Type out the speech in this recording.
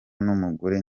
n’umugore